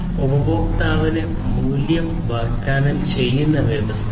ഉപഭോക്താവിന് മൂല്യം വാഗ്ദാനം ചെയ്യുന്നതിനുള്ള വ്യവസ്ഥകൾ